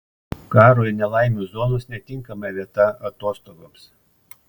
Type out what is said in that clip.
karo ir nelaimių zonos netinkama vieta atostogoms